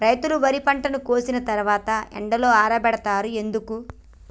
రైతులు వరి పంటను కోసిన తర్వాత ఎండలో ఆరబెడుతరు ఎందుకు?